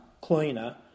cleaner